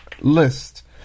list